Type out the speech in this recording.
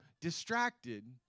distracted